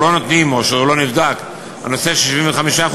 או שלא נותנים או שלא נבדק הנושא של 75%,